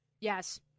Yes